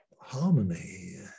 harmony